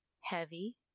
Heavy